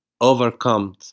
overcome